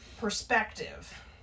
perspective